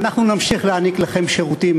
ואנחנו נמשיך להעניק לכם שירותים